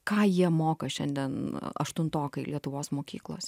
ką jie moka šiandien aštuntokai lietuvos mokyklos